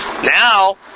Now